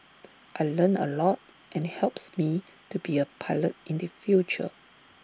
I learnt A lot and helps me to be A pilot in the future